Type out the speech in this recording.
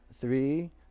three